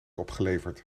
opgeleverd